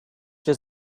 does